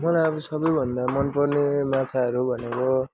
मलाई अब सबैभन्दा मनपर्ने माछाहरू भनेको